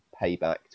Payback